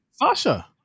sasha